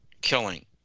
killing